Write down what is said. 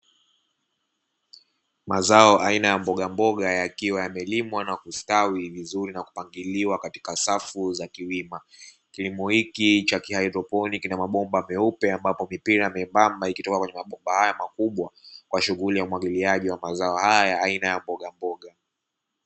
Mazao aina ya mbogamboga, yakiwa yamelimwa na kustawi vizuri na kupangiliwa katika safu za kiwima. Kilimo hiki cha kihaidroponi kina mabomba meupe, ambapo mipira membamba ikitoka kwenye mabomba haya makubwa kwa shughuli ya umwagiliaji wa mazao haya ya aina ya mbogamboga.